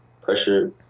pressure